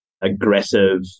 aggressive